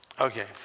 Okay